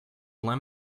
lend